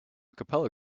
capella